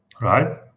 right